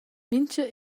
mincha